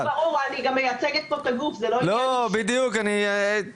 ברור, אני מייצגת פה את הגוף, זה לא עניין אישי.